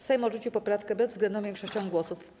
Sejm odrzucił poprawkę bezwzględną większością głosów.